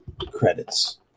credits